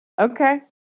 Okay